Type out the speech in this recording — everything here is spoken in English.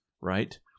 right